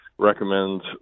recommends